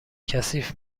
کثیف